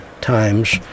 times